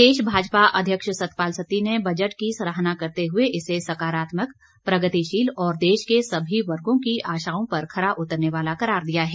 प्रदेश भाजपा अध्यक्ष सतपाल सत्ती ने बजट की सराहना करते हुए इसे सकारात्मक प्रगतिशील और देश के सभी वर्गों की आशाओं पर खरा उतरने वाला करार दिया है